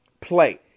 play